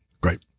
Great